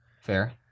Fair